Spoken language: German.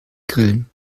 grillen